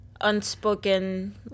unspoken